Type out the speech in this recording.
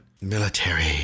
military